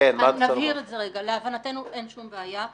אני רוצה להבהיר שלהבנתנו אין שום בעיה.